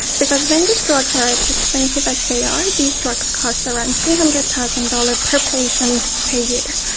because when the drugs are as expensive as they are, these drugs cost around three hundred thousand dollars per patient per year,